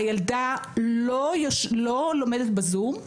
הילדה לא לומדת בזום,